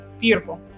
Beautiful